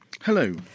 Hello